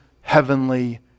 heavenly